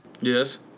yes